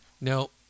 No